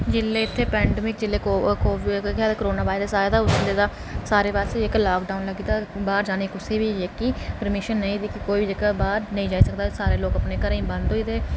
जेल्लै इत्थै पैन्डमिक जेल्लै को कोविड करोना वायरस आए दा उसले दा सारे पास्सै जेह्का लाकडाउन लगदा बाह्र जाने ई कुसै ई बी पर्मिशन नेईं जेह्की जेह्का बाह्र नेईं जाई सकदा जेह्के सारे लोक अपने घरें च बंद होए दे